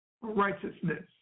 righteousness